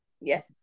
Yes